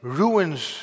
ruins